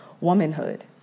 womanhood